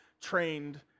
trained